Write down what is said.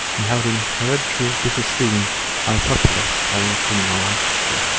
and held in hereditary disesteem by a populace having criminal ancestry.